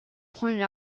pointed